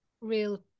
real